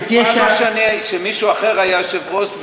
שמישהו אחר היה יושב-ראש,